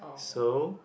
so